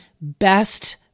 best